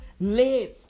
live